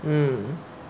mm